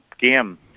game